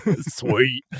Sweet